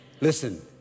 Listen